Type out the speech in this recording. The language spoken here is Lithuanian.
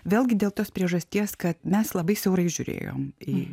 vėlgi dėl tos priežasties kad mes labai siaurai žiūrėjom į